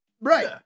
Right